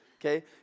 okay